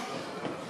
לוועדת החינוך,